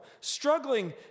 struggling